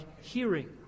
hearing